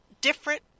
different